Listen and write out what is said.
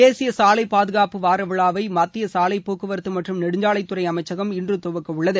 தேசிய சாலை பாதுகாப்பு வார விழாவை மத்திய சாலைப்போக்குவரத்து மற்றும் நெடுஞ்சாலைத்துறை அமைச்சகம் இன்று துவக்கவுள்ளது